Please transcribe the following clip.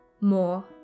more